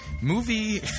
movie